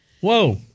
Whoa